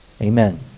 Amen